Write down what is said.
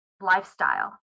lifestyle